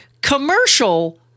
commercial